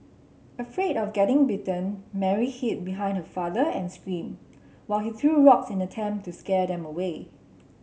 afraid of getting bitten Mary hid behind her father and screamed while he threw rocks in an attempt to scare them away